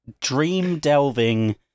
Dream-delving